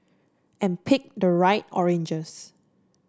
and pick the right oranges